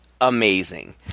amazing